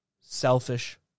selfish